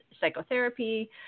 psychotherapy